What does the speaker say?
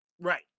Right